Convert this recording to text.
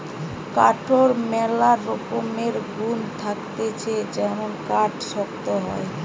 কাঠের ম্যালা রকমের গুন্ থাকতিছে যেমন কাঠ শক্ত হয়